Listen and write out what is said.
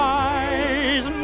eyes